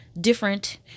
different